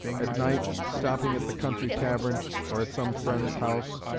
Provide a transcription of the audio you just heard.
at night, stopping at the country tavern or at some friend's house,